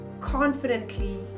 confidently